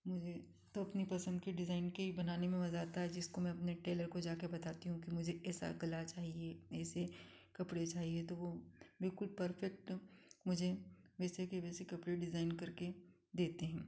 मुझे तो अपनी पसंद की डिज़ाइन के ही बनाने मज़ा आता है जिसको मैं अपने टेलर को जाके बताती हूँ कि मुझे ऐसा कला चाहिए ऐसे कपड़े चाहिए तो वो बिल्कुल परफ़ेक्ट मुझे वैसे के वैसे कपड़े डिज़ाइन करके देते हैं